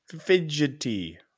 Fidgety